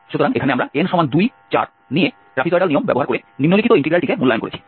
সুতরাং এখানে আমরা n2 4 নিয়ে ট্র্যাপিজয়েডাল নিয়ম ব্যবহার করে নিম্নলিখিত ইন্টিগ্র্যালটিকে মূল্যায়ন করেছি